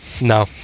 No